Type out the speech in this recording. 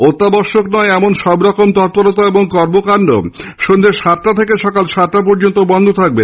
অত্যাবশ্যক নয় এমন সবরকম তৎপরতা ও কর্মকান্ড সন্ধ্যা সাতটা থেকে সকাল সাতটা পর্যন্ত বন্ধ থাকবে